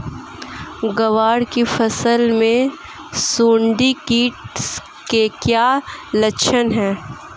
ग्वार की फसल में सुंडी कीट के क्या लक्षण है?